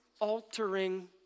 altering